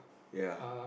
ya